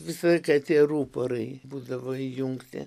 visą laiką tie ruporai būdavo įjungti